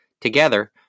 Together